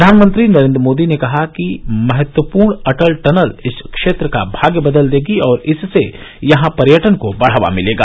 प्रधानमंत्री नरेन्द्र मोदी ने कहा कि महत्वपूर्ण अटल टनल इस क्षेत्र का भाग्य बदल देगी और इससे यहां पर्यटन को बढ़ावा मिलेगा